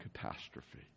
catastrophe